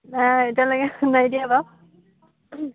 এতিয়ালৈকে নাই দিয়া বাৰু